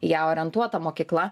į ją orientuota mokykla